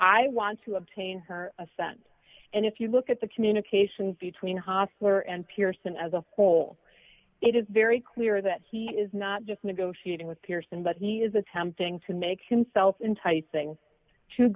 i want to obtain her assent and if you look at the communication between hostler and pearson as a whole it is very clear that he is not just negotiating with pearson but he is attempting to make